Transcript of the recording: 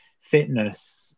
fitness